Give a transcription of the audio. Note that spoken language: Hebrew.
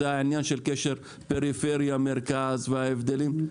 זה העניין של קשר פריפריה-מרכז וההבדלים.